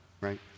right